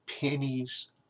pennies